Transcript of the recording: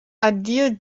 addio